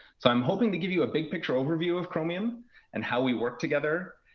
so i'm hoping to give you a big picture overview of chromium and how we work together.